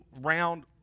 round